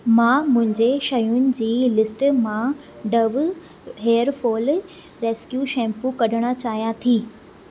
मां मुंहिंजी शयुनि जी लिस्टु मां Dove hair fall rescue shampoo कढणु चाहियां थी